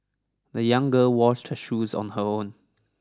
the young girl washed her shoes on her own